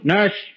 Nurse